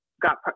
got